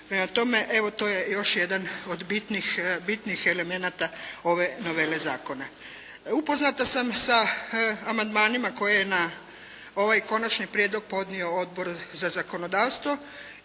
Prema tome, evo to je još jedan od bitnih, od bitnih, bitnih elemenata ove novele zakona. Upoznata sam sa amandmanima koje je na ovaj Konačni prijedlog podnio Odbor za zakonodavstvo